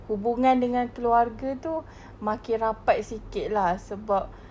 hubungan dengan keluarga tu makin rapat sikit lah sebab